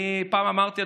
פעם אמרתי,